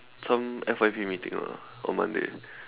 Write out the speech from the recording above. some F_Y_P meeting lah on Monday